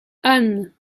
anne